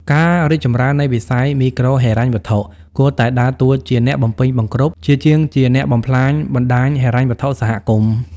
ការរីកចម្រើននៃវិស័យមីក្រូហិរញ្ញវត្ថុ គួរតែដើរតួជា "អ្នកបំពេញបង្គ្រប់" ជាជាងជា "អ្នកបំផ្លាញ" បណ្តាញហិរញ្ញវត្ថុសហគមន៍។